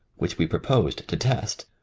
which we proposed to test,